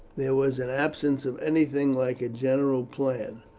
there was an absence of anything like a general plan.